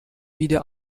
wieder